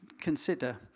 consider